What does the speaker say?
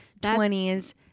20s